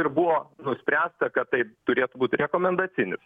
ir buvo nuspręsta kad taip turėtų būti rekomendacinis